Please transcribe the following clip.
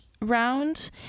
round